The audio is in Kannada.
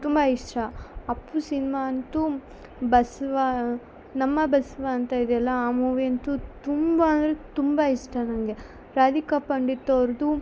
ತುಂಬ ಇಷ್ಟ ಅಪ್ಪು ಸಿನ್ಮ ಅಂತು ಬಸವ ನಮ್ಮ ಬಸವ ಅಂತ ಇದ್ಯಲ್ಲ ಆ ಮೂವಿಯಂತು ತುಂಬ ಅಂದರೆ ತುಂಬ ಇಷ್ಟ ನನಗೆ ರಾಧಿಕಾ ಪಂಡಿತೋರ್ದು